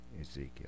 Ezekiel